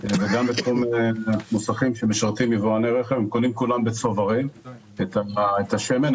וגם בתחום המוסכים שמשרתים יבואני רכב וקונים כולם בצוברים את השמן,